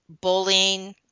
bullying